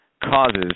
causes